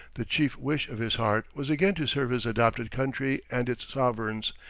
the chief wish of his heart was again to serve his adopted country and its sovereigns,